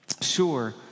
sure